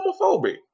homophobic